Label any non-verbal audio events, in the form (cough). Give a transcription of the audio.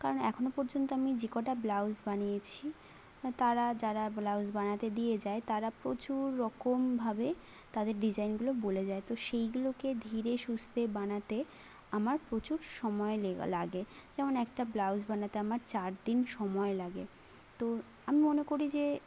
কারণ এখনো পর্যন্ত আমি যে কটা ব্লাউজ বানিয়েছি তারা যারা ব্লাউজ বানাতে দিয়ে যায় তারা প্রচুর রকমভাবে তাদের ডিজাইনগুলো বলে যায় তো সেইগুলোকে ধীরে সুস্থে বানাতে আমার প্রচুর সময় (unintelligible) লাগে যেমন একটা ব্লাউজ বানাতে আমার চার দিন সময় লাগে তো আমি মনে করি যে